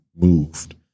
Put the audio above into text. moved